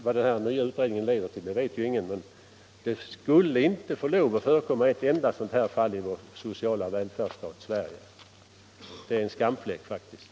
Vad den nya utredningen leder till vet ingen, men det borde inte få förekomma ett enda sådant här fall i vår sociala välfärdsstat Sverige. Det är faktiskt en skamfläck.